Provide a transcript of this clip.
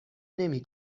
نمی